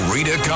Rita